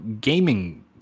gaming